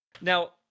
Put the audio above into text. Now